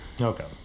Okay